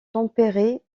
tempéré